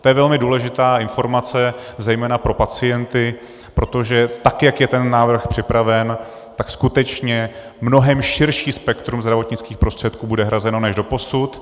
To je velmi důležitá informace zejména pro pacienty, protože tak jak je ten návrh připraven, tak skutečně mnohem širší spektrum zdravotnických prostředků bude hrazeno než doposud.